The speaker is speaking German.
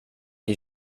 die